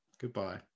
goodbye